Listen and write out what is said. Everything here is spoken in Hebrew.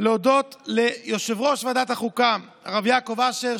ולהודות ליושב-ראש ועדת החוקה הרב יעקב אשר,